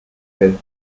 will